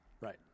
Right